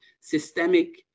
systemic